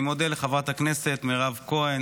אני מודה לחברת הכנסת מירב כהן,